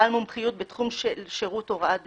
בעל מומחיות בתחום של שירות הוראת דרך,